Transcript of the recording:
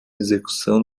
execução